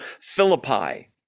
Philippi